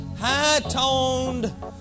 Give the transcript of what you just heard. high-toned